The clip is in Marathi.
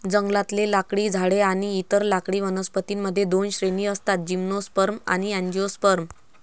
जंगलातले लाकडी झाडे आणि इतर लाकडी वनस्पतीं मध्ये दोन श्रेणी असतातः जिम्नोस्पर्म आणि अँजिओस्पर्म